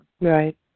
Right